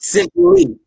Simply